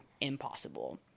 Impossible